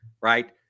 right